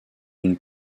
une